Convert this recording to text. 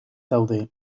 daude